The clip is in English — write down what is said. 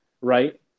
Right